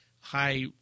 high